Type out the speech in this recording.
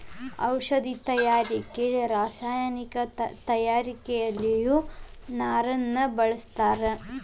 ಔಷದಿ ತಯಾರಿಕೆ ರಸಾಯನಿಕ ತಯಾರಿಕೆಯಲ್ಲಿಯು ನಾರನ್ನ ಬಳಸ್ತಾರ